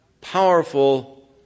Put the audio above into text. powerful